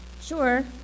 Sure